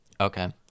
Okay